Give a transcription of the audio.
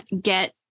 get